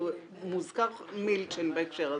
מוזר מילצ'ן בהקשר הזה.